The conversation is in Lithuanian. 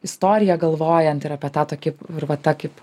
istoriją galvojant ir apie tą tokį ir va tą kaip